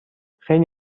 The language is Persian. خیلی